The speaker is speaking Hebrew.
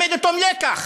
ללמד אותם לקח: